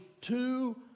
two